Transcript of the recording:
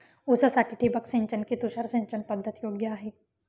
ऊसासाठी ठिबक सिंचन कि तुषार सिंचन पद्धत योग्य आहे?